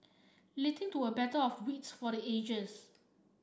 leading to a battle of wits for the ages